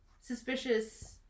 suspicious